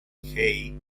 hey